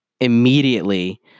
immediately